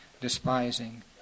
despising